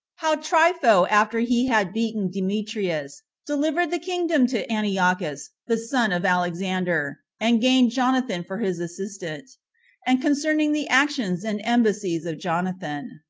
how trypho after he had beaten demetrius delivered the kingdom to antiochus the son of alexander, and gained jonathan for his assistant and concerning the actions and embassies of jonathan.